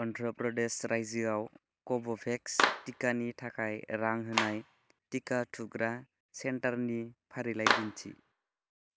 अन्ध्र प्रदेश रायजोआव कव'भेक्स टिकानि थाखाय रां होनाय टिका थुग्रा सेन्टारनि फारिलाइ दिन्थि